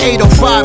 805